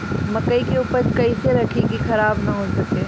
मकई के उपज कइसे रखी की खराब न हो सके?